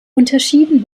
unterschieden